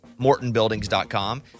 MortonBuildings.com